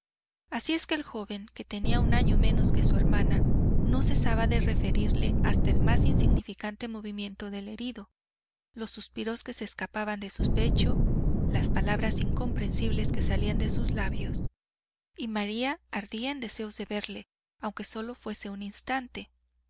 así es que el joven que tenía un año menos que su hermana no cesaba de referirle hasta el más insignificante movimiento del herido los suspiros que se escapaban de su pecho las palabras incomprensibles que salían de sus labios y maría ardía en deseos de verle aunque solo fuese un instante